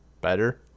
Better